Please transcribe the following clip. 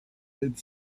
had